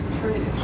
true